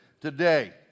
today